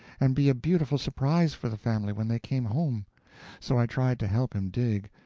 and be a beautiful surprise for the family when they came home so i tried to help him dig,